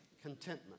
Contentment